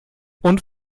und